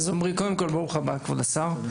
אז עומרי, קודם כל, ברוך הבא, כבוד השר.